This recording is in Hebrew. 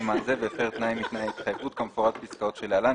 סימן זה והפר תנאי מתנאי ההתחייבות כמפורט בפסקאות שלהלן,